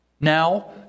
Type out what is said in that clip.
Now